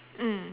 mm